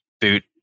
boot